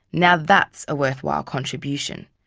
now that's a worthwhile contribution.